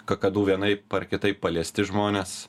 kakadu vienaip ar kitaip paliesti žmonės